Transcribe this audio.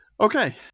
Okay